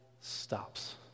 stops